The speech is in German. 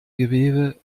gewebe